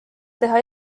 teha